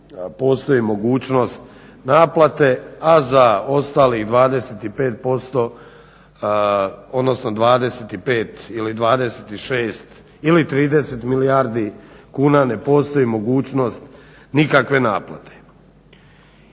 postoji mogućnost naplate, a za ostalih 25%, odnosno 25 ili 26 ili 30 milijardi kuna ne postoji mogućnost nikakve naplate.